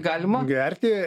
galima gerti